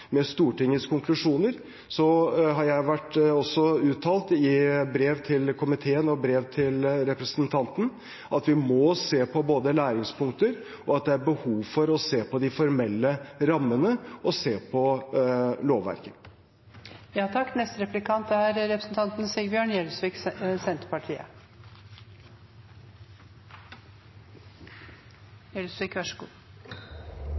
med Stortingets konklusjoner, har jeg også uttalt i brev til komiteen og til representanten at vi må se på læringspunkter, og at det også er behov for å se på de formelle rammene og